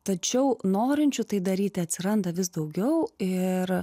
tačiau norinčių tai daryti atsiranda vis daugiau ir